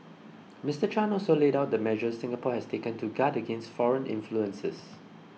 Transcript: Mister Chan also laid out the measures Singapore has taken to guard against foreign influences